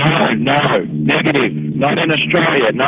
um no, negative, not in australia, no,